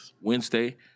Wednesday